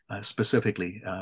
specifically